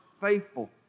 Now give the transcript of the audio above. faithful